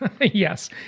Yes